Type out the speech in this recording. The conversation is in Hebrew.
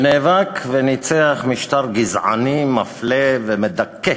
שנאבק וניצח משטר גזעני מפלה ומדכא,